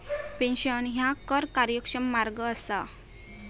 pension ह्या कर कार्यक्षम मार्ग असा